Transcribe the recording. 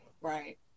Right